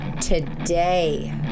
today